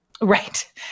Right